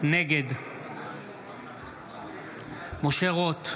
נגד משה רוט,